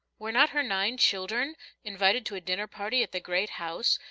were not her nine childern invited to a dinner-party at the great house,